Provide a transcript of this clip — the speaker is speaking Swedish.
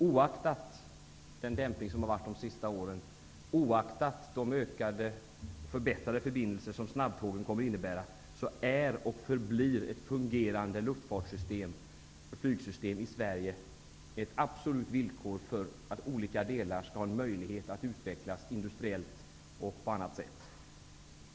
Oaktat den dämpning som har skett under de senaste åren och oaktat de förbättrade förbindelser som snabbtågen kommer att innebära, är och förblir ett fungerande flygsystem i Sverige ett absolut villkor för att olika delar av landet skall ha en möjlighet att utvecklas industriellt och på annat sätt.